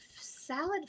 salad